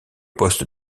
poste